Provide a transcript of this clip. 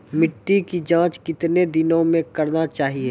मिट्टी की जाँच कितने दिनों मे करना चाहिए?